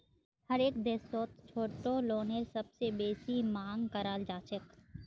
हरेक देशत छोटो लोनेर सबसे बेसी मांग कराल जाछेक